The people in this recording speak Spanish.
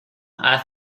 haz